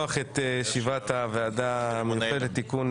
אני מתכבד לפתוח את ישיבת הוועדה המיוחדת לתיקונים